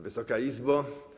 Wysoka Izbo!